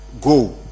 go